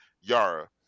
Yara